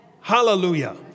Hallelujah